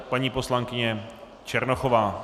Paní poslankyně Černochová.